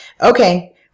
okay